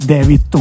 David